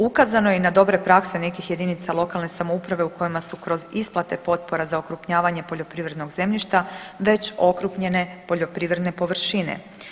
Ukazano je i na dobre prakse nekih jedinica lokalne samouprave u kojima su kroz isplate potpora za okrupnjavanje poljoprivrednog zemljišta već okrupnjene poljoprivredne površine.